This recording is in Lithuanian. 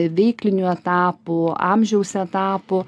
veiklinių etapų amžiaus etapų